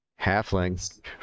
halflings